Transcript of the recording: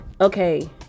okay